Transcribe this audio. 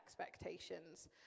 expectations